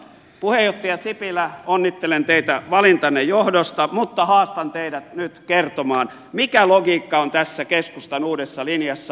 puheenjohtaja sipilä onnittelen teitä valintanne johdosta mutta haastan teidät nyt kertomaan mikä logiikka on tässä keskustan uudessa linjassa